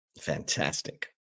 fantastic